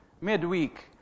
midweek